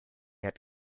had